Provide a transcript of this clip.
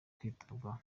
kwitabwaho